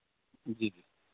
जी जी